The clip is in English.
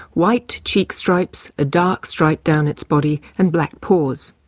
white cheek stripes, a dark stripe down its body and black paws.